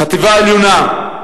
חטיבה עליונה,